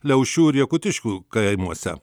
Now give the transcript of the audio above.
liaušių ir jakutiškių kaimuose